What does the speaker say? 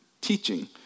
Teaching